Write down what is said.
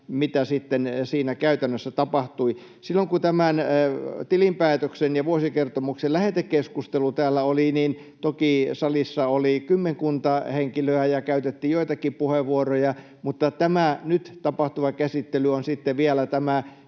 mitä siinä sitten käytännössä tapahtui. Silloin, kun tämän tilinpäätöksen ja vuosikertomuksen lähetekeskustelu täällä oli, salissa toki oli kymmenkunta henkilöä ja käytettiin joitakin puheenvuoroja, mutta tämä nyt tapahtuva käsittely on vielä tämä